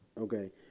okay